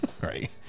Right